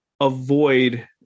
avoid